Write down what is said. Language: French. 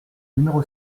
numéro